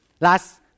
Last